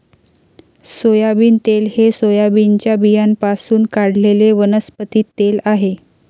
soybean तेल हे सोयाबीनच्या बियाण्यांपासून काढलेले वनस्पती तेल आहे